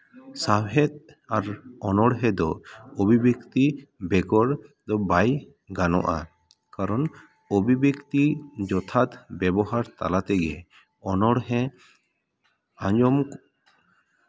ᱥᱟᱶᱦᱮᱫ ᱟᱨ ᱚᱱᱚᱲᱦᱮᱸ ᱫᱚ ᱚᱵᱷᱤᱵᱮᱠᱛᱤ ᱵᱮᱜᱚᱨ ᱫᱚ ᱵᱟᱭ ᱜᱟᱱᱚᱜᱼᱟ ᱠᱟᱨᱚᱱ ᱚᱵᱷᱤᱵᱮᱠᱛᱤ ᱡᱚᱛᱷᱟᱛ ᱵᱮᱵᱚᱦᱟᱨ ᱛᱟᱞᱟ ᱛᱮᱜᱮ ᱚᱱᱚᱲᱦᱮᱸ ᱟᱸᱡᱚᱢ